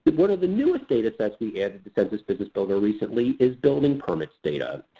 one of the newest data sets we've added to census business builder recently is building permits data.